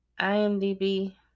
IMDB